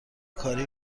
کاری